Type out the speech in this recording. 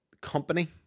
Company